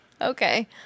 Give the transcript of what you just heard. okay